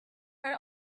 are